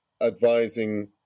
advising